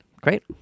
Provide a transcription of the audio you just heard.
Great